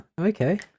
Okay